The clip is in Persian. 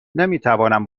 نمیتوانم